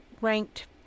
ranked